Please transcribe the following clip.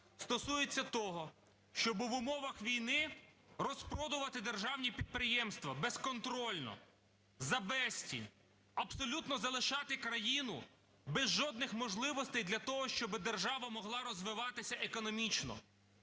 стосується того, щоби в умовах війни розпродувати державні підприємства безконтрольно, за безцінь. Абсолютно залишати країну без жодних можливостей для того, щоби держава могла розвиватися економічно.